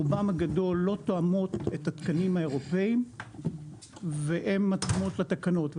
רובם הגדול לא תואמות את התקנים האירופאים והן מתאימות לתקנות.